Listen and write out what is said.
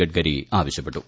ഗഡ്കരി ആവശ്യപ്പെട്ടു